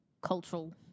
cultural